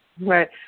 Right